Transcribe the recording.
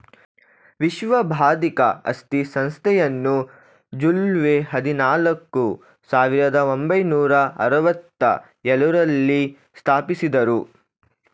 ವಿಶ್ವ ಬೌದ್ಧಿಕ ಆಸ್ತಿ ಸಂಸ್ಥೆಯನ್ನು ಜುಲೈ ಹದಿನಾಲ್ಕು, ಸಾವಿರದ ಒಂಬೈನೂರ ಅರವತ್ತ ಎಳುರಲ್ಲಿ ಸ್ಥಾಪಿಸಿದ್ದರು